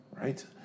right